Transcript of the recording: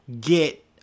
get